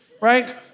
right